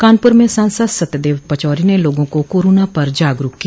कानपुर में सांसद सत्यदेव पचौरी ने लोगों को कोरोना पर जागरूक किया